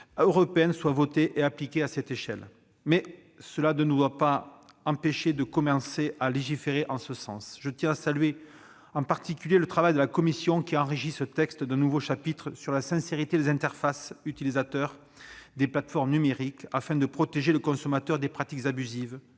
soit votée et appliquée à ce niveau. Mais cela ne doit pas nous empêcher de commencer à légiférer en ce sens. Je tiens à saluer le travail de la commission, qui a enrichi ce texte d'un nouveau chapitre sur la sincérité des interfaces utilisateur des plateformes numériques, afin de protéger le consommateur des pratiques abusives